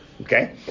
Okay